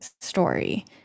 story